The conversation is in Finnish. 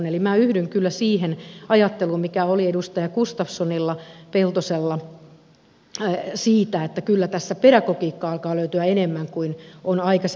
eli minä yhdyn kyllä siihen ajatteluun mikä oli edustaja gustafssonilla ja edustaja peltosella siitä että kyllä tässä pedagogiikkaa alkaa löytyä enemmän kuin on aikaisemmin ollutkaan